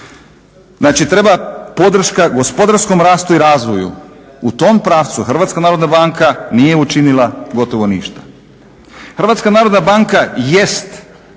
Znači treba podrška gospodarskom rastu i razvoju. U tom pravcu HNB nije učinila gotovo ništa. HNB jest